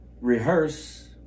rehearse